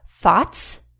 thoughts